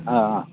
ಹಾಂ ಹಾಂ